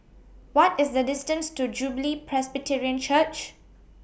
What IS The distance to Jubilee Presbyterian Church